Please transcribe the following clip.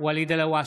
ואליד אלהואשלה,